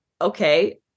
Okay